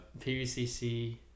PVCC